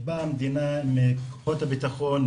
באה המדינה עם כוחות הביטחון,